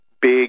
big